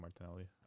Martinelli